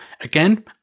Again